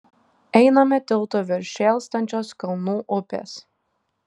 einame tiltu virš šėlstančios kalnų upės